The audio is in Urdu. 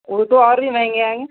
وہ تو اور بھی مہنگے آئیں گے